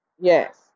yes